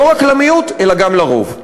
לא רק למיעוט אלא גם לרוב.